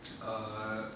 err